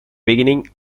beginning